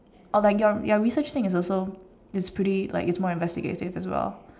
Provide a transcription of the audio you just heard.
or like your your research thing is also it's pretty like it's more investigative as well